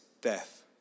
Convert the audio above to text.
death